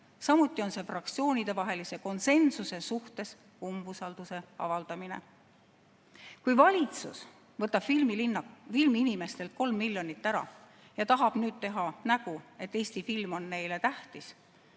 Samuti on see fraktsioonidevahelise konsensuse suhtes umbusalduse avaldamine. Kui valitsus võtab filmiinimestelt enne 3 miljonit ära ja tahab nüüd teha nägu, et Eesti film on neile tähtis,